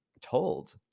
told